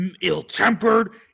ill-tempered